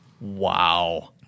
wow